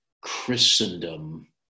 Christendom